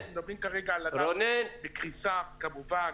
אנחנו מדברים כרגע על ענף בקריסה, כמובן.